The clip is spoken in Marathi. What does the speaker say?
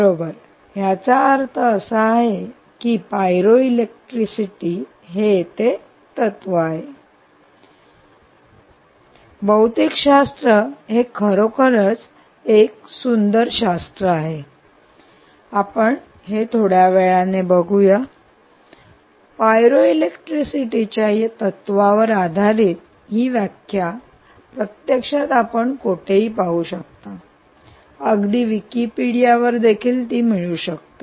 बरोबर याचा अर्थ असा आहे की पायरोइलेक्ट्रिसिटी हे येथे तत्व आहे भौतिकशास्त्र हे खरोखरच एक शास्त्र आहे जे आपण थोड्या वेळाने बघूया पायरो इलेक्ट्रिसिटी च्या तत्त्वावर आधारित ही व्याख्या प्रत्यक्षात आपण कोठेही पाहू शकता अगदी विकिपीडिया वर देखील मिळू शकते